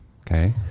okay